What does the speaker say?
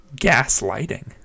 gaslighting